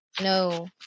No